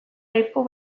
aipu